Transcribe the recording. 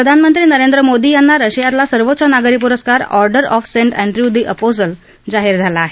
प्रधानमंत्री नरेंद्र मोदी यांना रशियातल्या सर्वोच्च नागरी पुरस्कार Order of Saint Andrew the Apostle जाहीर झाला आहे